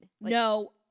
no